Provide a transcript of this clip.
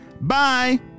Bye